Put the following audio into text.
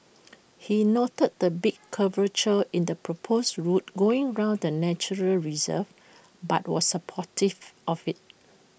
he noted the big curvature in the proposed route going around the natural reserve but was supportive of IT